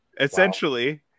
essentially